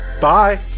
bye